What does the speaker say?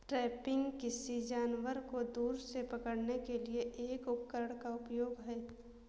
trapping, किसी जानवर को दूर से पकड़ने के लिए एक उपकरण का उपयोग है